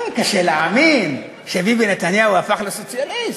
אה, קשה להאמין שביבי נתניהו הפך לסוציאליסט.